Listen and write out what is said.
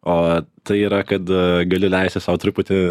o tai yra kad galiu leisti sau truputį